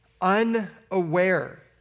unaware